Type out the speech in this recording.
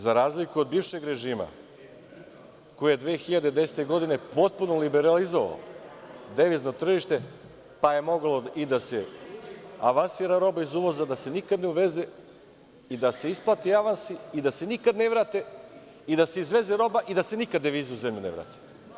Za razliku od bivšeg režima koji je 2010. godine potpuno liberalizovao devizno tržište pa je mogla i da se avansira roba iz uvoza i da se isplate avansi i da se nikad ne vrate i da se izveze roba i da se nikad devize u zemlju ne vrate.